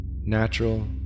natural